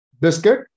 biscuit